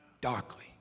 darkly